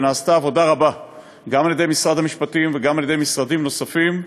ונעשתה עבודה רבה גם על-ידי משרד המשפטים וגם על-ידי משרדים נוספים,